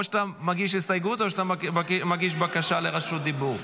או שאתה מגיש הסתייגות או שאתה מגיש בקשה לרשות דיבור.